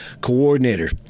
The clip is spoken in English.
Coordinator